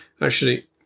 Actually